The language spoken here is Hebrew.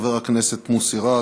חבר הכנסת מוסי רז,